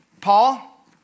Paul